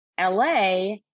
LA